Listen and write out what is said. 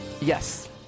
Yes